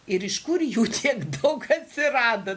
ir iš kur jų tiek daug atsirado